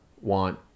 want